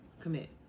Commit